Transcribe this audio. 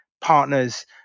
partners